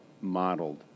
modeled